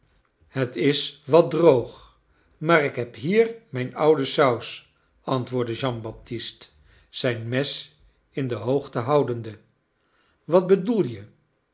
het is wat droog maar ik neb hier mijn oude saus antwoordde jean baptist zijn mes in de hcogte houdende wat bedoel je